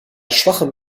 schwachem